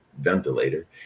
ventilator